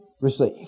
receive